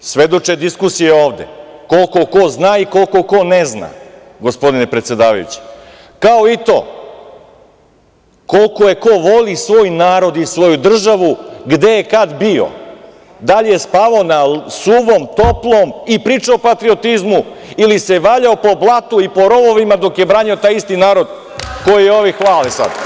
Ovo znanju svedoče diskusije ovde, koliko ko zna i koliko ko ne zna, gospodine predsedavajući, kao i to koliko ko voli svoj narod i svoju državu, gde je kad bio, da li je spavao na suvom toplom i priča o patriotizmu, ili se valjao po blatu i po rovovima dok je branio taj isti narod koji ovi hvale sad. (Vjerica Radeta: Što si se valjao?